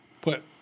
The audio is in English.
put—